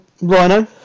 Rhino